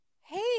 hey